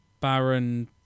Baron